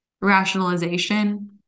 rationalization